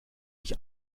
mich